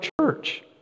church